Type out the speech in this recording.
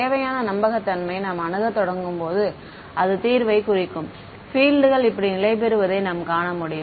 தேவையான நம்பகத்தன்மையை நாம் அணுகத் தொடங்கும்போது அது தீர்வைக் குறிக்கும் பீல்ட் கள் இப்படி நிலைபெறுவதை நாம் காண முடியும்